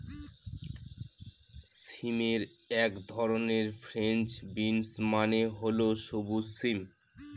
সিমের এক ধরন ফ্রেঞ্চ বিনস মানে হল সবুজ সিম